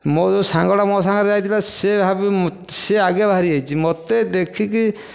ମୋର ଯେଉଁ ସାଙ୍ଗଟା ମୋ ସାଙ୍ଗରେ ଯାଇଥିଲା ସେ ଭାବିଲା ସେ ଆଗ ବାହାରି ଯାଇଛି ମୋତେ ଦେଖିକି